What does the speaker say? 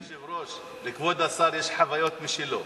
אדוני היושב-ראש, לכבוד השר יש חוויות משלו.